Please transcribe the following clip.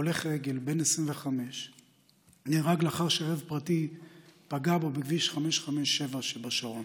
הולך רגל בן 25 נהרג לאחר שרכב פרטי פגע בו בכביש 557 שבשרון.